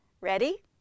Ready